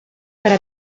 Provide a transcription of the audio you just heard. para